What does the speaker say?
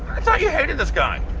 i thought you hated this guy.